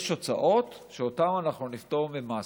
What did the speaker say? יש הוצאות שאותן אנחנו נפטור ממס,